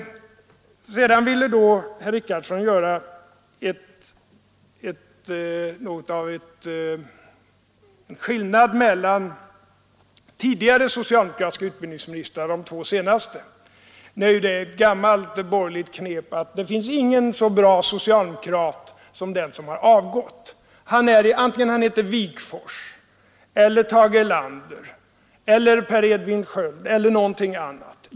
Sedan ville herr Richardson göra skillnad mellan tidigare socialdemokratiska utbildningsministrar och de två senaste. Nu är det ju ett gammalt borgerligt knep att säga att det finns ingen så bra socialdemokrat som den som har avgått, vare sig han heter Wigforss eller Tage Erlander eller Per Edvin Sköld eller något annat.